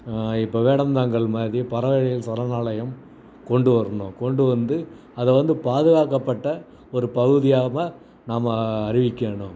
இப்போ வேடந்தாங்கல் மாதிரி பறவைகள் சரணாலயம் கொண்டு வரணும் கொண்டு வந்து அதை வந்து பாதுகாக்கப்பட்ட ஒரு பகுதியா நாம் அறிவிக்கணும்